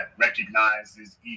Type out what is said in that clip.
recognizes